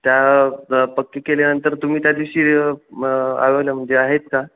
त्या पक्की केल्यानंतर तुम्ही त्या दिवशी ॲवेल्या म्हणजे आहेत का